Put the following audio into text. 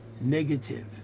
negative